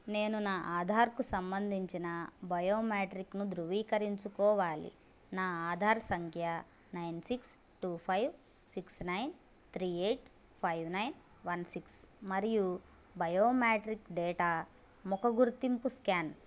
నేను నా ఆధార్కు సంబంధించిన బయోమాట్రిక్ను ధృవీకరించుకోవాలి నా ఆధార్ సంఖ్య nine six two five six nine three eight five nine one six మరియు బయోమెట్రిక్ డేటా ముఖ గుర్తింపు స్కాన్